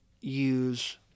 use